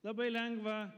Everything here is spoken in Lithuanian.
labai lengva